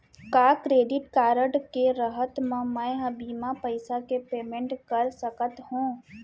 का credit card के रहत म, मैं ह बिना पइसा के पेमेंट कर सकत हो?